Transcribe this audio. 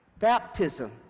baptism